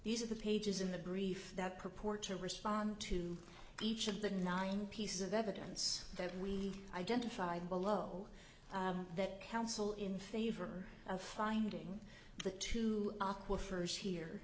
these are the pages in the brief that purport to respond to each of the nine pieces of evidence that we identified below that council in favor of finding the two awkward first here